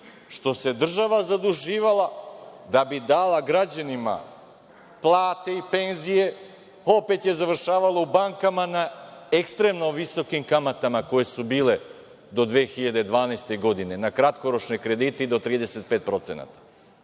što se država zaduživala da bi dala građanima plate i penzije, opet je završavalo u bankama na ekstremno visokim kamatama koje su bile do 2012. godine, na kratkoročne kredite do 35%. Danas